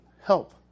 help